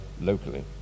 locally